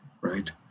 right